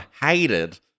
hated